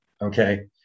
Okay